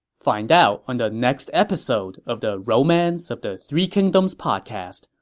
find out on the next episode of the romance of the three kingdoms podcast.